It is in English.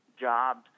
jobs